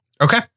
Okay